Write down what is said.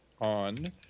on